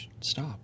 Stop